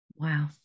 wow